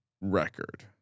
record